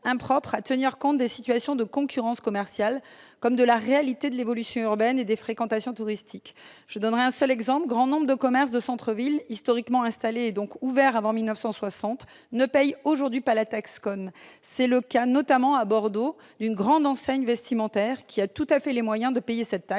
impropre à tenir compte des situations de concurrence commerciale comme de la réalité de l'évolution urbaine et des fréquentations touristiques. Je donnerai un seul exemple : nombre de commerces de centre-ville historiquement installés, ouverts avant 1960, ne paient aujourd'hui pas la TASCOM. C'est notamment le cas, à Bordeaux, d'une grande enseigne vestimentaire qui a tout à fait les moyens de payer cette taxe.